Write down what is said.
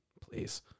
Please